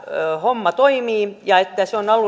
homma toimii ja että se on